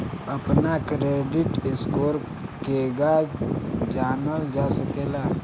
अपना credit score केगा जानल जा सकेला?